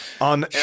On